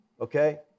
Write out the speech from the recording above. Okay